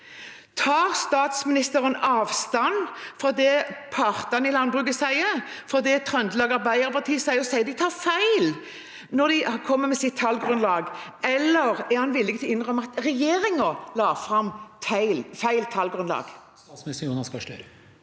Tar statsministeren avstand fra det partene i landbruket sier, fra det Trøndelag Arbeiderparti sier? Sier han at de tar feil når de kommer med sitt tallgrunnlag, eller er han villig til å innrømme at regjeringen la fram feil tallgrunnlag?